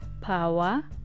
power